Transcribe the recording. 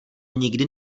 nikdy